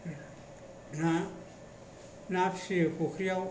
ना फिसियो फुख्रियाव